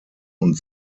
und